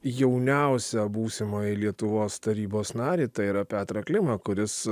jauniausią būsimąjį lietuvos tarybos narį tai yra petrą klimą kuris